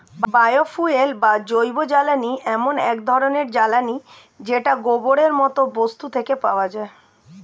bio fuel বা জৈবজ্বালানী এমন এক ধরণের জ্বালানী যেটা গোবরের মতো বস্তু থেকে পাওয়া যায়